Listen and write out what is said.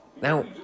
now